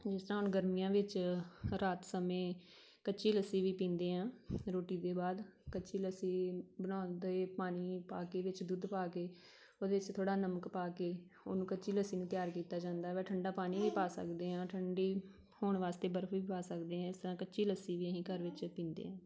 ਜਿਸ ਤਰ੍ਹਾਂ ਹੁਣ ਗਰਮੀਆਂ ਵਿੱਚ ਰਾਤ ਸਮੇਂ ਕੱਚੀ ਲੱਸੀ ਵੀ ਪੀਂਦੇ ਆ ਰੋਟੀ ਦੇ ਬਾਅਦ ਕੱਚੀ ਲੱਸੀ ਬਣਾਉਣ ਦੇ ਪਾਣੀ ਪਾ ਕੇ ਵਿੱਚ ਦੁੱਧ ਪਾ ਕੇ ਉਹਦੇ 'ਚ ਥੋੜ੍ਹਾ ਨਮਕ ਪਾ ਕੇ ਉਹਨੂੰ ਕੱਚੀ ਲੱਸੀ ਨੂੰ ਤਿਆਰ ਕੀਤਾ ਜਾਂਦਾ ਹੈ ਠੰਢਾ ਪਾਣੀ ਵੀ ਪਾ ਸਕਦੇ ਹਾਂ ਠੰਢੀ ਹੋਣ ਵਾਸਤੇ ਬਰਫ ਵੀ ਪਾ ਸਕਦੇ ਹਾਂ ਇਸ ਤਰ੍ਹਾਂ ਕੱਚੀ ਲੱਸੀ ਵੀ ਅਸੀਂ ਘਰ ਵਿੱਚ ਪੀਂਦੇ ਹਾਂ